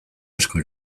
asko